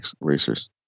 Racers